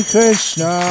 Krishna